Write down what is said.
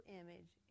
image